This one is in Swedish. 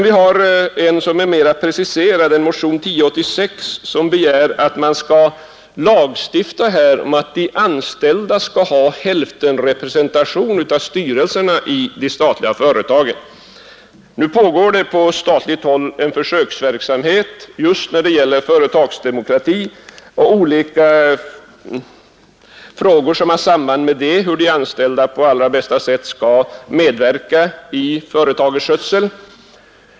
I motionen 1086, som är mer preciserad, begärs att man skall lagstifta om att de anställda skall ha hälftenrepresentation i styrelserna i de statliga företagen. Nu pågår en statlig försöksverksamhet just om företagsdemokrati och annat som har samband därmed, t.ex. hur de anställda på bästa sätt skall kunna medverka i företagets skötsel.